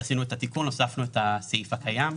עשינו את התיקון הזה והוספנו את הסעיף הקיים.